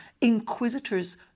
inquisitors